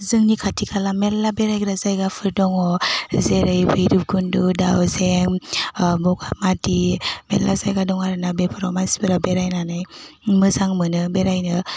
जोंनि खाथि खाला मेरला बेरायग्रा जायगाफो दङ जेरै भैरबकन्द' दाउजें बगामाति मेरला जायगा दङ आरोना बेफोराव मानसिफ्रा बेरायनानै मोजां मोनो बेरायनो